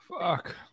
Fuck